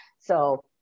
so-